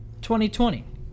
2020